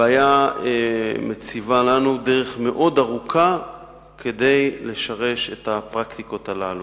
הבעיה מציבה לנו דרך ארוכה מאוד כדי לשרש את הפרקטיקות הללו.